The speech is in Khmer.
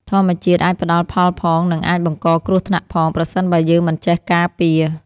ធម្មជាតិអាចផ្តល់ផលផង និងអាចបង្កគ្រោះថ្នាក់ផង ប្រសិនបើយើងមិនចេះការពារ។